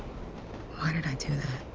why did i do that?